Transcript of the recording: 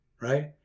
right